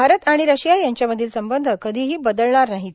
भारत आणि रशिया यांच्यामधील संबंध कधीही बदलणार नाहीत